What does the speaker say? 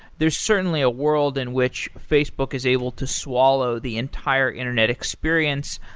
there's certainly a world in which facebook is able to swallow the entire internet experience,